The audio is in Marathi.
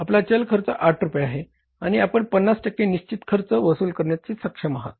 आपला चल खर्च 8 रुपये आहे आणि आपण 50 टक्के निश्चित खर्च वसूल करण्यास सक्षम आहात